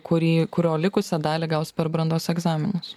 kurį kurio likusią dalį gaus per brandos egzaminus